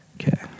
Okay